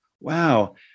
wow